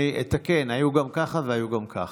היו גם כך וגם כך,